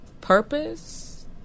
purpose